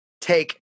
take